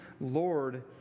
Lord